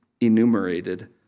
enumerated